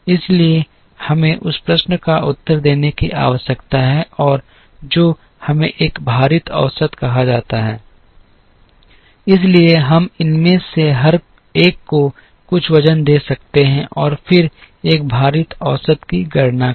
इसलिए हमें उस प्रश्न का उत्तर देने की आवश्यकता है और जो हमें एक भारित औसत कहा जाता है इसलिए हम इनमें से हर एक को कुछ वज़न दे सकते हैं और फिर एक भारित औसत की गणना करें